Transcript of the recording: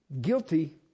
guilty